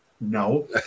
No